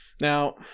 now